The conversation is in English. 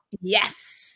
Yes